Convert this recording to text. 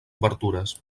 obertures